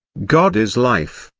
god is life,